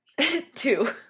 Two